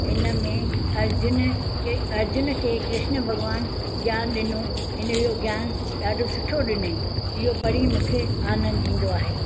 इन में अर्जुन अर्जुन खे कृष्ण भॻवानु ज्ञान ॾिनो इन जो ज्ञान ॾाढो सुठो ॾिनई इहो पढ़ी मूंखे आनंदु ईंदो आहे